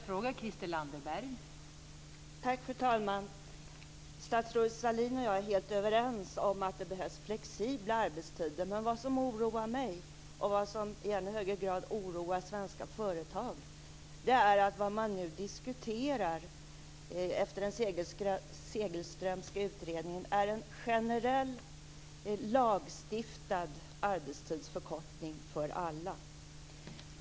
Fru talman! Statsrådet Sahlin och jag är helt överens om att det behövs flexibla arbetstider. Men vad som oroar mig och vad som i ännu högre grad oroar svenska företag är att man nu efter den Segelströmska utredningen diskuterar en generell, lagstiftad arbetstidsförkortning för alla.